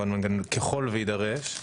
ככל שיידרש,